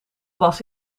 was